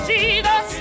Jesus